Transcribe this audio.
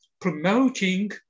promoting